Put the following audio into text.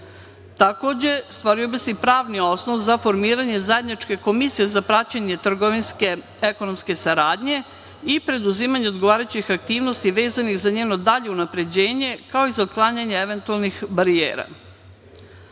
stvorio bi se i pravni osnov za formiranje zajedničke komisije za praćenje trgovinske ekonomske saradnje i preduzimanje odgovarajućih aktivnosti vezanih za njeno dalje unapređenje, kao i za otklanjanje eventualnih barijera. Poštovani